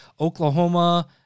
Oklahoma